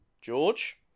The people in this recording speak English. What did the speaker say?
George